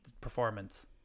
performance